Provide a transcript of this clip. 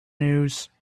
news